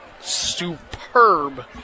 superb